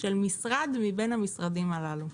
של משרד מבין המשרדים הללו,